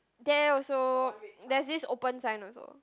there also there's this open sign also